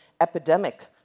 epidemic